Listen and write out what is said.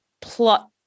plot